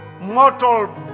mortal